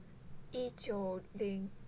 一九零